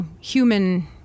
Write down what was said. human